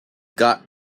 got